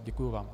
Děkuji vám.